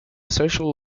socially